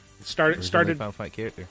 started